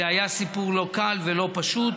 זה היה סיפור לא קל ולא פשוט.